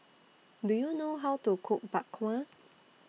Do YOU know How to Cook Bak Kwa